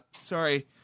sorry